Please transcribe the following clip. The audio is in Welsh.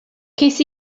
ces